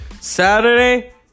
Saturday